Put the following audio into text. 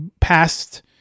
past